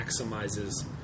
maximizes